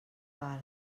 val